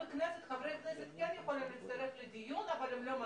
בכנסת חברי כנסת כן יכולים להצטרף לדיון אבל הם לא מצביעים.